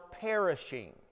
perishing